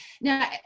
Now